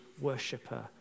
worshiper